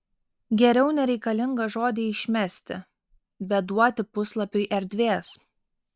geriau nereikalingą žodį išmesti bet duoti puslapiui erdvės